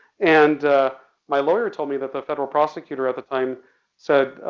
and my lawyer told me that the federal prosecutor at the time said,